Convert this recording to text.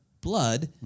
blood